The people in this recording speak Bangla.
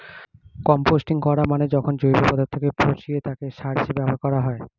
কম্পোস্টিং করা মানে যখন জৈব পদার্থকে পচিয়ে তাকে সার হিসেবে ব্যবহার করা হয়